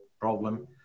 problem